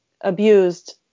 abused